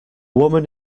woman